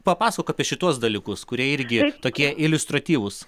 papasakok apie šituos dalykus kurie irgi tokie iliustratyvūs